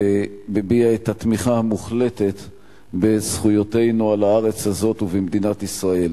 ומביע את התמיכה המוחלטת בזכויותינו על הארץ הזאת ובמדינת ישראל.